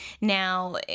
Now